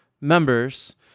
members